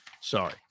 Sorry